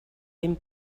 ben